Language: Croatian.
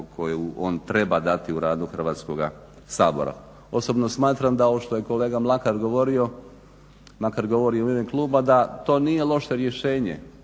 koju on treba dati u radu Hrvatskoga sabora. Osobno smatram da ovo što je kolega Mlakar govorio, makar govori u ime kluba, da to nije loše rješenje.